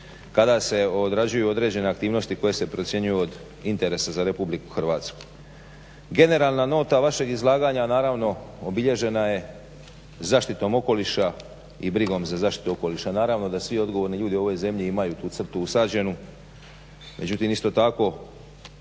kada se odrađuju određene aktivnosti koje se procjenjuju od interesa za Republike Hrvatsku. Generalna nota vašeg izlaganja naravno obilježena je zaštitom okoliša i brigom za zaštitu okoliša. Naravno da svi odgovorni ljudi u ovoj zemlji imaju tu crtu usađenu, mislim isto tako